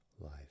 life